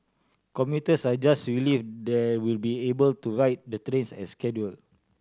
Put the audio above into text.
commuters are just relieved they will be able to ride the trains as scheduled